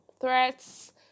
threats